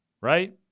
Right